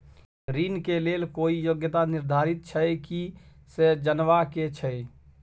ऋण के लेल कोई योग्यता निर्धारित छै की से जनबा के छै?